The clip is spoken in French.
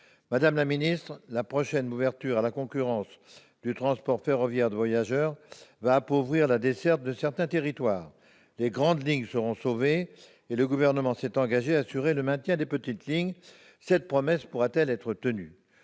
Madame la ministre, la prochaine ouverture à la concurrence du transport ferroviaire de voyageurs va appauvrir la desserte de certains territoires. Les grandes lignes seront sauvées et le Gouvernement s'est engagé à assurer le maintien des petites lignes. Cette promesse pourra-t-elle être tenue ?